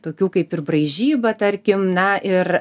tokių kaip ir braižyba tarkim na ir